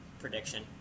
prediction